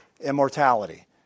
immortality